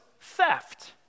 theft